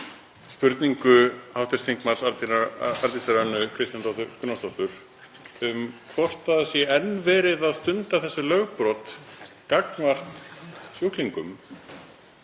spurningu hv. þm Arndísar Önnu Kristínardóttur Gunnarsdóttur um hvort það sé enn verið að stunda þessi lögbrot gagnvart sjúklingum,